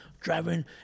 driving